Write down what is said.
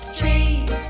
tree